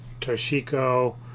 Toshiko